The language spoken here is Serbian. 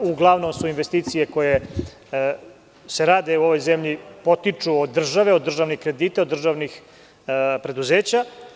Uglavnom investicije koje se rade u ovoj zemlji potiču od države, od državnih kredita, od državnih preduzeća.